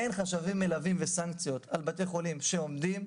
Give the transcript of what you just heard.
אין חשבים מלווים וסנקציות על בתי חולים שעומדים.